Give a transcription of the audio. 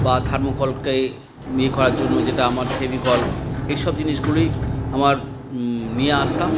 বা থার্মোকলকে ইয়ে করার জন্য যেটা আমার ফেভিকল এই সব জিনিসগুলোই আমার নিয়ে আসতাম